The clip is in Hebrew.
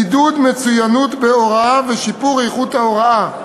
עידוד מצוינות בהוראה ושיפור איכות ההוראה.